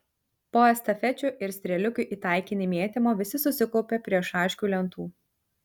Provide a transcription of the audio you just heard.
po estafečių ir strėliukių į taikinį mėtymo visi susikaupė prie šaškių lentų